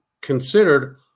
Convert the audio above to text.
considered